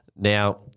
Now